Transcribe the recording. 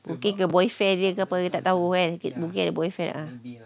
mungkin dengan boyfriend dia ke apa kita tak tahu kan mungkin ada boyfriend lah